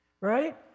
right